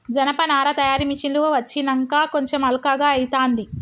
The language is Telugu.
జనపనార తయారీ మిషిన్లు వచ్చినంక కొంచెం అల్కగా అయితాంది